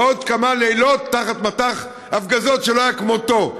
ועוד כמה לילות תחת מטח הפגזות שלא היה כמותו.